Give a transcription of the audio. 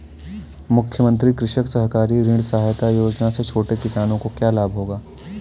मुख्यमंत्री कृषक सहकारी ऋण सहायता योजना से छोटे किसानों को क्या लाभ होगा?